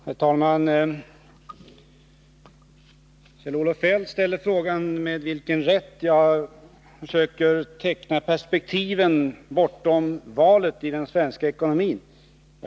Herr talman! Kjell-Olof Feldt ställde frågan med vilken rätt jag försöker teckna perspektiven bortom valet i den svenska ekonomin.